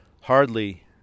hardly